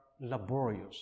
laborious